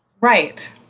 Right